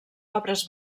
obres